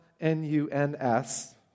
N-U-N-S